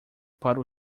para